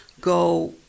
go